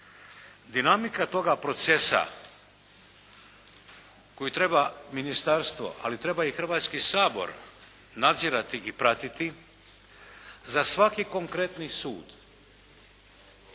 Dinamika toga procesa koju treba ministarstvo, ali treba i Hrvatski sabor nadzirati i pratiti za svaki konkretni sud